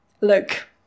look